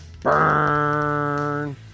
Burn